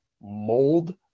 mold